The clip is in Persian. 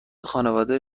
خانواده